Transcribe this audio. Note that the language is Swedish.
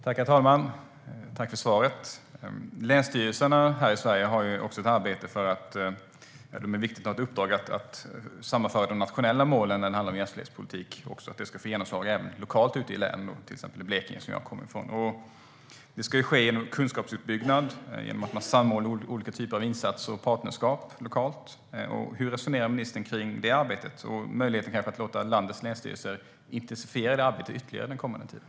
Herr talman! Jag tackar för svaret. Länsstyrelserna här i Sverige har ett viktigt uppdrag att sammanföra de nationella målen när det handlar om jämställdhetspolitik så att de får genomslag även lokalt ute i länen, till exempel i Blekinge som jag kommer ifrån. Det ska ske genom kunskapsuppbyggnad och genom att samordna olika typer av insatser och partnerskap lokalt. Hur resonerar ministern kring det arbetet och möjligheten att låta landets länsstyrelser intensifiera detta arbete ytterligare under den kommande tiden?